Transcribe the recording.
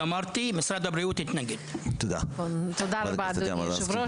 רבה, אדוני היושב ראש.